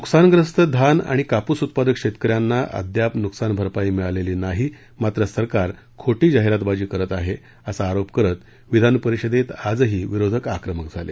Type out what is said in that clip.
नुकसानग्रस्त धान आणि कापूस उत्पादक शेतकऱ्यांना अद्याप नुकसान भरपाई मिळालेली नाही मात्र सरकार खोटी जाहिरातबाजी करत आहे असा आरोप करत विधानपरिषदेत आजही विरोधक आक्रमक झाले